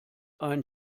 ein